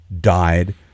died